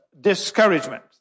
discouragement